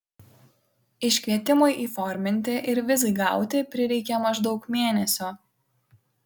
iškvietimui įforminti ir vizai gauti prireikė maždaug mėnesio